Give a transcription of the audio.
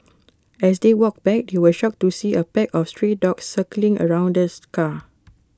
as they walked back they were shocked to see A pack of stray dogs circling around this car